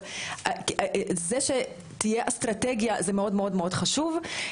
אבל זה שתהיה אסטרטגיה זה מאוד מאוד חשוב.